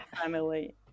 family